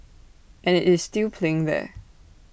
and IT is still playing there